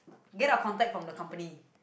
get our contact from the company